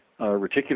Reticular